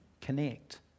connect